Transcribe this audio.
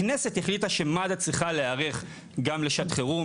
הכנסת החליטה שמד"א צריכה להיערך גם לשעת חירום.